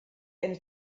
eine